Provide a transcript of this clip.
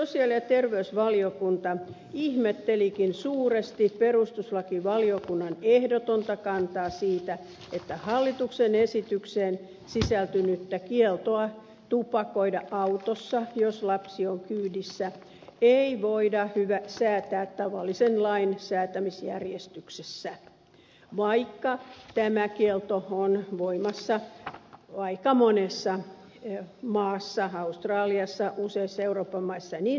sosiaali ja terveysvaliokunta ihmettelikin suuresti perustuslakivaliokunnan ehdotonta kantaa siitä että hallituksen esitykseen sisältynyttä kieltoa tupakoida autossa jos lapsi on kyydissä ei voida säätää tavallisen lain säätämisjärjestyksessä vaikka tämä kielto on voimassa aika monessa maassa kuten australiassa useissa euroopan maissa ja niin edelleen